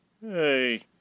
Hey